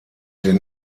den